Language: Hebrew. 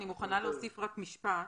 אני מוכנה להוסיף רק משפט,